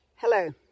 Hello